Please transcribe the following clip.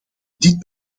dit